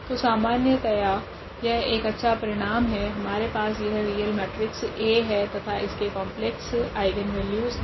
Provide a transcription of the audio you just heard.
तो समान्यतया यह एक अच्छा परिणाम है हमारे पास यह रियल मेट्रिक्स A है तथा इसके कॉम्प्लेक्स आइगनवेल्यूस है